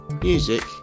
Music